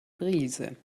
brise